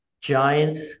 Giants